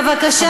בבקשה.